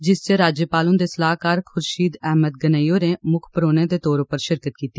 जिस च राज्यपाल हुंदे सलाह्कार खुर्शीद अहमद गनेई होरें मुक्ख परौहने दे तौर उप्पर शिरकत कीती